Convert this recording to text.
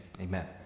Amen